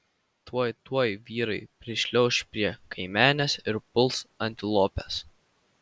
tuoj tuoj vyrai prišliauš prie kaimenės ir puls antilopes